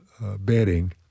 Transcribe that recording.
bedding